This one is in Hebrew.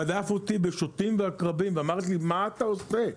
רדף אותי בשוטים ועקרבים ואמר לי מה אתה עושה?